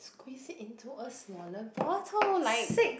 squeeze it into a smaller bottle like